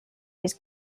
his